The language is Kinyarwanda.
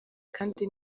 kandi